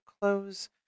close